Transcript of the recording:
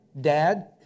dad